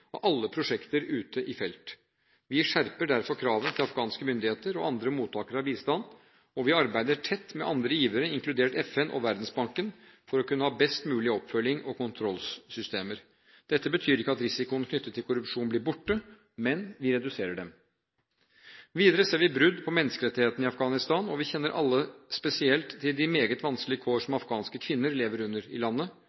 alle prosjekter ute i felt. Vi skjerper derfor kravene til afghanske myndigheter og andre mottakere av bistand, og vi samarbeider tett med andre givere – inkludert FN og Verdensbanken – for å kunne ha best mulig oppfølgings- og kontrollsystemer. Dette betyr ikke at risikoen knyttet til korrupsjon blir borte – men vi reduserer den. Videre ser vi brudd på menneskerettighetene i Afghanistan, og vi kjenner alle spesielt til de meget vanskelige kår som